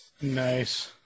Nice